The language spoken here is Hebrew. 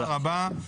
תודה רבה.